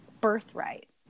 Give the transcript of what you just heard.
birthright